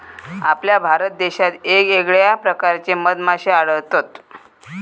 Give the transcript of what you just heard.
आपल्या भारत देशात येगयेगळ्या प्रकारचे मधमाश्ये आढळतत